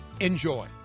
Enjoy